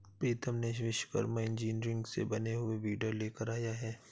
प्रीतम ने विश्वकर्मा इंजीनियरिंग से बने हुए वीडर लेकर आया है